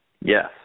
Yes